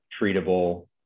treatable